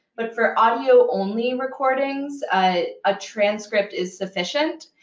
but for audio-only recordings, a ah transcript is sufficient.